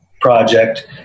project